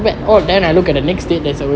but then I look at the next day